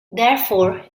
therefore